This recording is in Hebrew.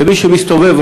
כמי שמסתובב,